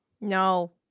No